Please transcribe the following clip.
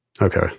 Okay